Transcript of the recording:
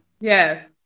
Yes